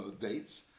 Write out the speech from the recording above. dates